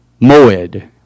moed